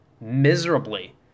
Miserably